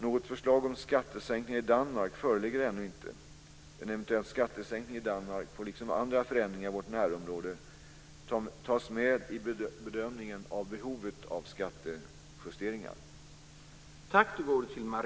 Något förslag om skattesänkningar i Danmark föreligger ännu inte. En eventuell skattesänkning i Danmark får liksom andra förändringar i vårt närområde tas med i bedömningen av behovet av skattejusteringar.